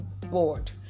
board